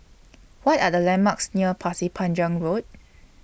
What Are The landmarks near Pasir Panjang Road